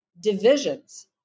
divisions